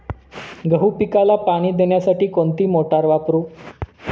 गहू पिकाला पाणी देण्यासाठी कोणती मोटार वापरू?